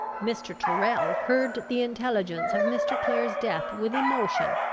mr. tyrrel heard the intelligence of mr. clare's death with emotion,